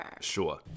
Sure